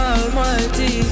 Almighty